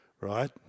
right